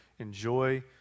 Enjoy